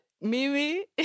Mimi